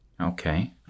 Okay